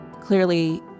clearly